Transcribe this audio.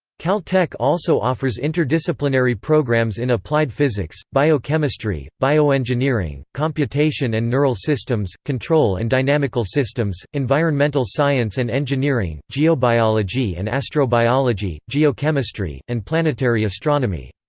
caltech also offers interdisciplinary programs in applied physics, biochemistry, bioengineering, computation and neural systems, control and dynamical systems, environmental science and engineering, geobiology and astrobiology, geochemistry, and planetary astronomy.